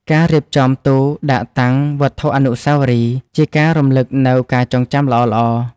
ការរៀបចំទូដាក់តាំងវត្ថុអនុស្សាវរីយ៍ ជាការរំលឹកនូវការចងចាំល្អៗ។